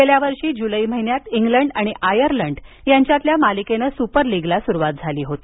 गेल्या वर्षी जुलै महिन्यात इंग्लंड आणि आयर्लंड यांच्यातील मालिकेनं सुपर लीगला सुरुवात झाली होती